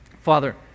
Father